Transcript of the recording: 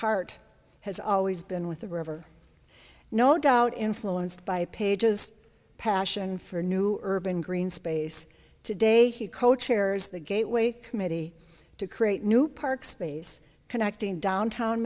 heart has always been with the river no doubt influenced by page's passion for new urban green space today he co chairs the gateway committee to create new park space connecting downtown